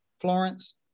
Florence